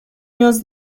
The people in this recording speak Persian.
نیاز